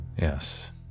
yes